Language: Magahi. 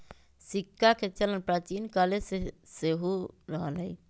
सिक्काके चलन प्राचीन काले से हो रहल हइ